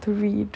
to read